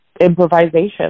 improvisation